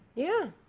yeah.